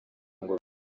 ngo